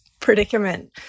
predicament